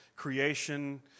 creation